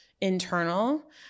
internal